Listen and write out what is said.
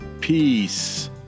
peace